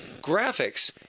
Graphics